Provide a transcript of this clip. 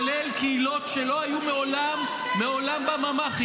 כולל קהילות שלא היו מעולם בממ"חים.